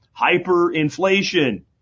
Hyperinflation